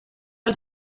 els